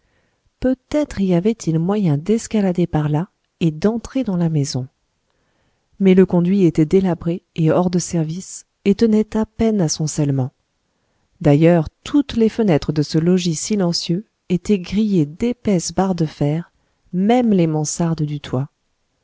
peut-être y avait-il moyen d'escalader par là et d'entrer dans la maison mais le conduit était délabré et hors de service et tenait à peine à son scellement d'ailleurs toutes les fenêtres de ce logis silencieux étaient grillées d'épaisses barres de fer même les mansardes du toit